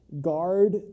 Guard